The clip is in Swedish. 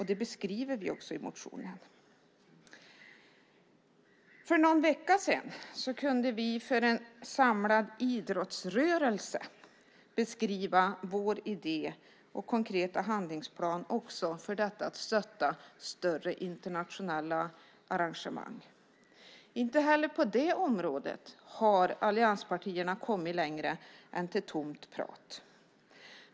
Det beskriver vi också i motionen. För någon vecka sedan kunde vi för en samlad idrottsrörelse beskriva vår idé och konkreta handlingsplan för att också stötta större internationella arrangemang. Inte heller på det området har allianspartierna kommit längre än till tomt prat.